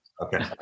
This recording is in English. Okay